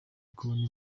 kubona